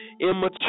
Immature